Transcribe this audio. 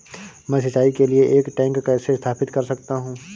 मैं सिंचाई के लिए एक टैंक कैसे स्थापित कर सकता हूँ?